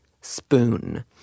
spoon